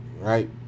right